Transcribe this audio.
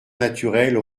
naturelle